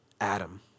Adam